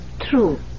True